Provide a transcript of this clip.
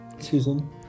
Susan